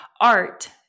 art